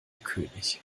könig